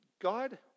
God